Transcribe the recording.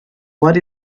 what